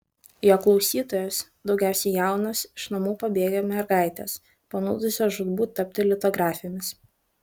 jo klausytojos daugiausiai jaunos iš namų pabėgę mergaitės panūdusios žūtbūt tapti litografėmis